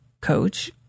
coach